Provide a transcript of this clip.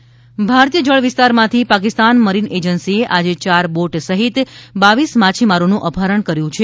માછીમારો ભારતીય જળવિસ્તારમાંથી પાકિસ્તાન મરીન એજન્સીએ આજે ચાર બોટ સહિત બાવીસ માછીમારોનું અપહરણ કર્યું છે